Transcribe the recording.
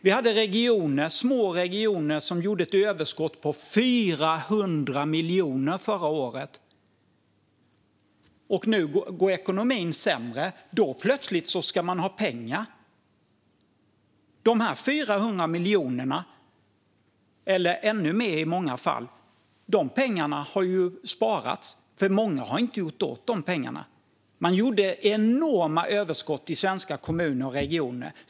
Vi hade små regioner som gjorde ett överskott på 400 miljoner förra året. Nu går ekonomin sämre. Då plötsligt ska man ha pengar. De 400 miljonerna, eller ännu mer i många fall, har ju sparats. Många har inte gjort av med de pengarna. Man gjorde enorma överskott i svenska kommuner och regioner.